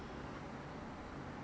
your normal cleanser to wash away lah